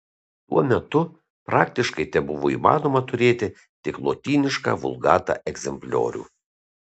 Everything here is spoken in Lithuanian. tuo metu praktiškai tebuvo įmanoma turėti tik lotynišką vulgata egzempliorių